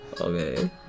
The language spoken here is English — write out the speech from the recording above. Okay